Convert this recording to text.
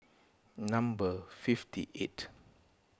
number fifty eight